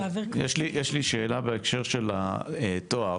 יש לי שאלה בהקשר של התואר.